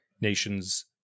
nations